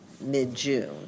mid-June